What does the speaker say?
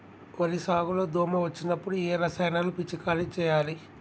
వరి సాగు లో దోమ వచ్చినప్పుడు ఏ రసాయనాలు పిచికారీ చేయాలి?